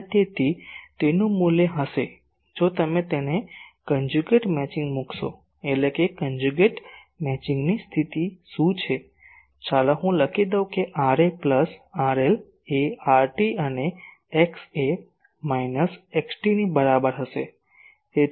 અને તેથી તેનું મૂલ્ય હશે જો તમે તેને કન્જ્યુગેટ મેચિંગ મૂકશો એટલે કે કન્જ્યુગેટ મેચિંગની સ્થિતિ શું છે ચાલો હું લખી દઉં કે RA પ્લસ RL એ RT અને XA એ માઈનસ XT ની બરાબર હશે